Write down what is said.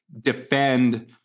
defend